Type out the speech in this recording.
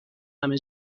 همه